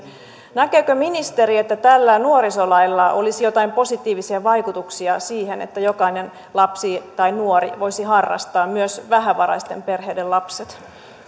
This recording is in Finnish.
näkeekö ministeri että tällä nuorisolailla olisi joitain positiivisia vaikutuksia siihen että jokainen lapsi ja nuori voisi harrastaa myös vähävaraisten perheiden lapset